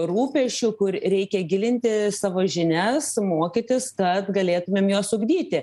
rūpesčių kur reikia gilinti savo žinias mokytis tad galėtumėm juos ugdyti